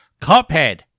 Cuphead